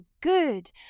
good